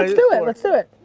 um do it, let's do it.